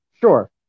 sure